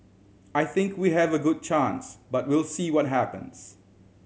I think we have a good chance but we'll see what happens